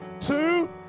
Two